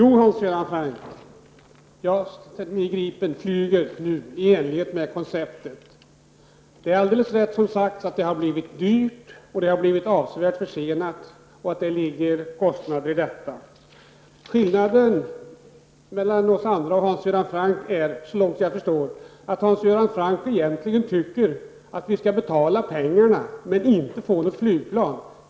Herr talman! JAS 39 Gripen flyger nu i enlighet med planerna, Hans Göran Franck. Det är alldeles riktigt att JAS-projektet har blivit dyrt och avsevärt försenat, vilket också bidragit till att öka kostnaderna. Skillnaden mellan oss andra och Hans Göran Franck är -- såvitt jag förstår -- att Hans Göran Franck egentligen vill att vi skall betala pengarna, men inte få något flygplan för dem.